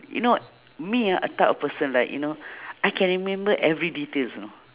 you know me uh a type of person like you know I can remember every details you know